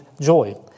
joy